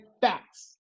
facts